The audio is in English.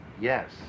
Yes